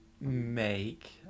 make